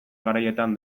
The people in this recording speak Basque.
garaietan